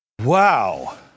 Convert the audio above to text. Wow